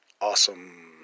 awesome